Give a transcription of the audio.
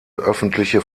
öffentliche